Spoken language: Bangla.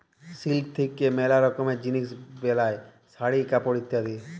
সিল্ক থাক্যে ম্যালা রকমের জিলিস বেলায় শাড়ি, কাপড় ইত্যাদি